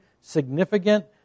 significant